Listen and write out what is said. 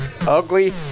Ugly